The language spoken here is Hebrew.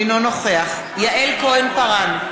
אינו נוכח יעל כהן-פארן,